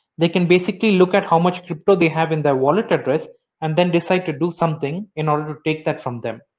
they can basically look at how much crypto they have in their wallet address and then decide to do something in order to take that from them.